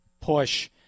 push